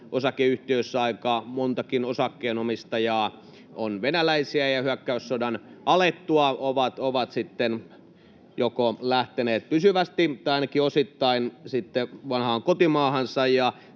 asunto-osakeyhtiöissä aika montakin osakkeenomistajaa on venäläisiä, ja hyökkäyssodan alettua he ovat sitten lähteneet joko pysyvästi tai ainakin osittain vanhaan kotimaahansa.